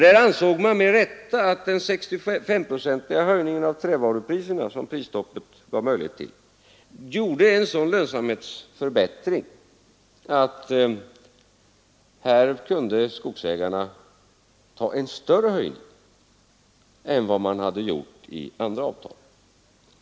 Man ansåg med rätta att den 65-procentiga höjning av trävarupriserna, som prisstoppet gav möjlighet till, medförde en sådan lönsamhetsförbättring att skogsägarna här kunde ta en större höjning än som hade skett i andra avtal.